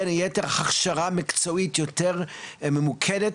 בין היתר הכשרה מקצועית יותר ממוקדת